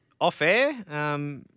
off-air